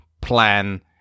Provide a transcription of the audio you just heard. plan